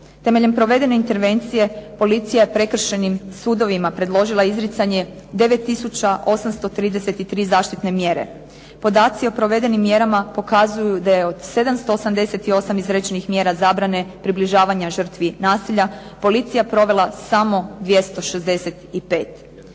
Temeljem provedene intervencije policija je prekršajnim sudovima predložila izricanje 9 tisuća 833 zaštitne mjere. Podaci o provedenim mjerama pokazuju da je od 788 izrečenih mjera zabrane približavanja žrtvi nasilja policija provela samo 265.